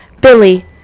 Billy